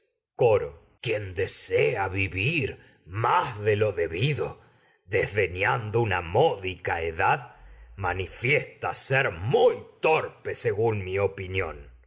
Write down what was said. coro quien desea vivir más de ñando una módica edad manifiesta ser toi'pe se gún mi opinión